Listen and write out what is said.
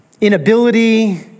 inability